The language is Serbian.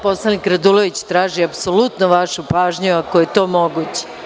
Poslanik Radulović traži apsolutno vašu pažnju, ako je to moguće.